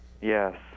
Yes